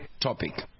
topic